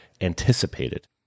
anticipated